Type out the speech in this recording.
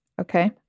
Okay